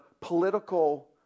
political